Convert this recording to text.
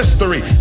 History